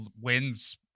wins